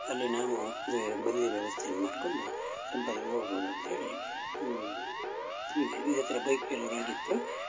ಅಲ್ಲಿ ನಾವು ಮುಂದೆ ಬದಲೀ ವ್ಯವಸ್ಥೆಯನ್ನು ಮಾಡಿಕೊಂಡು ಹೋಗ್ಬೋದ್ ಅಂತೇಳಿ ಇದು ಇದೇ ಥರ ಬೈಕ್ ಫೇಲ್ಯೂರ್ ಆಗಿತ್ತು